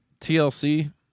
TLC